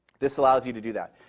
this allows you to do that.